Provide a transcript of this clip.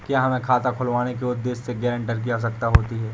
क्या हमें खाता खुलवाने के उद्देश्य से गैरेंटर की आवश्यकता होती है?